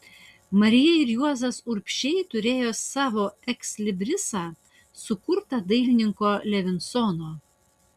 marija ir juozas urbšiai turėjo savo ekslibrisą sukurtą dailininko levinsono